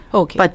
okay